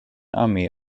armee